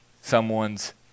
someone's